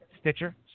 Stitcher